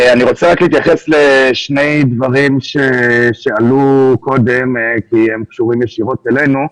אני רוצה להתייחס לשני דברים שעלו קודם לכן כי הם קשורים ישירות אלינו,